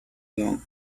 long